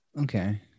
okay